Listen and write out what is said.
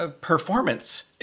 performance